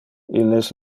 illes